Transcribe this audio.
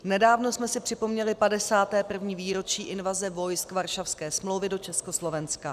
Nedávno jsme si připomněli 51. výročí invaze vojsk Varšavské smlouvy do Československa.